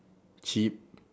cheap